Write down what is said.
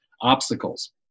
obstacles